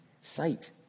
sight